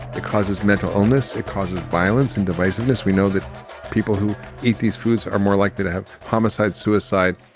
it causes mental illness. it causes violence and divisiveness. we know that people who eat these foods are more likely to have homicide, suicide,